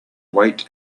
wait